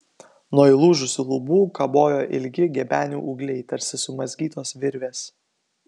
nuo įlūžusių lubų kabojo ilgi gebenių ūgliai tarsi sumazgytos virvės